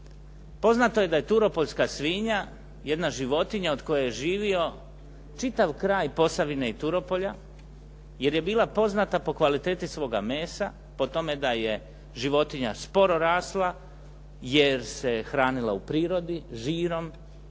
poznato je da je turopoljska svinja jedna životinja od koje je živio čitav kraj Posavine i Turopolja jer je bila poznata po kvaliteti svoga mesa, po tome da je životinja sporo rasla jer se hranila u prirodi, žirom,